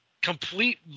complete